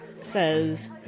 says